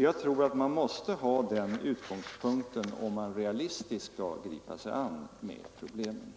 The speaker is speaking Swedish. Jag tror att man måste ha den utgångspunkten, om man realistiskt skall gripa sig an med problemen.